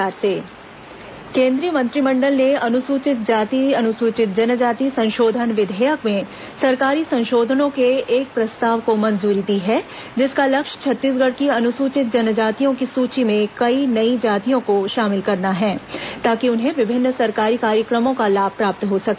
केंद्रीय मंत्रिमंडल अजा फैसला केन्द्रीय मंत्रिमंडल ने अनुसूचित जाति अनुसूचित जनजाति संशोधन विधेयक में सरकारी संशोधनों के एक प्रस्ताव को मंजूरी दी है जिसका लक्ष्य छत्तीसगढ़ की अनुसूचित जनजातियों की सूची में कई नई जातियों को शामिल करना है ताकि उन्हें विभिन्न सरकारी कार्यक्रमों का लाभ प्राप्त हो सके